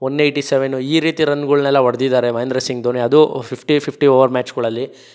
one eighty seven ಈ ರೀತಿ ರನ್ಗಳನ್ನೆಲ್ಲ ಹೊಡೆದಿದ್ದಾರೆ ಮಹೇಂದ್ರ ಸಿಂಗ್ ಧೋನಿ ಅದು ಫಿಫ್ಟಿ ಫಿಫ್ಟಿ ಓವರ್ ಮ್ಯಾಚ್ಗಳಲ್ಲಿ